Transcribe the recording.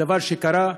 הדבר שקרה,